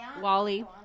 Wally